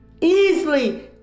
easily